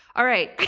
alright.